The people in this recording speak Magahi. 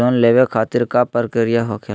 लोन लेवे खातिर का का प्रक्रिया होखेला?